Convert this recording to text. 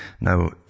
Now